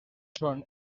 son